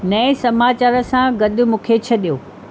नए समाचार सां गॾु मूंखे छॾियो